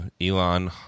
Elon